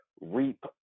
reap